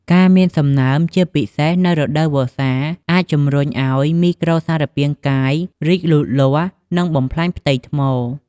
ការមានសំណើម ជាពិសេសនៅរដូវវស្សា អាចជំរុញឱ្យមីក្រូសារពាង្គកាយរីកលូតលាស់ និងបំផ្លាញផ្ទៃថ្ម។